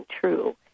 true